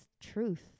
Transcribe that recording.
truth